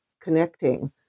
connecting